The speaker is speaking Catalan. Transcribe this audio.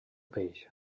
peix